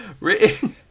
Written